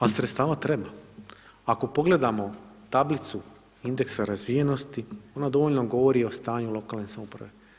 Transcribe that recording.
A sredstava treba, ako pogledamo tablicu indeksa razvijenosti ona dovoljno govori o stanju lokalne samouprave.